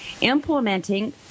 implementing